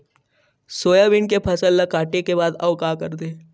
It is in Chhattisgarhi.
सोयाबीन के फसल ल काटे के बाद आऊ का करथे?